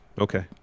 Okay